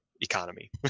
economy